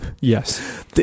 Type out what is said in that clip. Yes